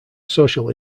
social